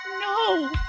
no